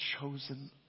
chosen